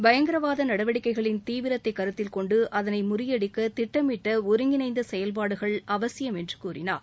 பயங்கரவாத நடவடிக்கைகளின் தீவிரத்தை கருத்தில்கொண்டு அதனை முறியடிக்க திட்டமிட்ட ஒருங்கிணைந்த செயல்பாடுகள் அவசியம் என்று கூறினார்